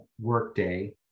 workday